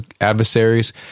adversaries